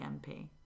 MP